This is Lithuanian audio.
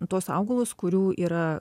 tuos augalus kurių yra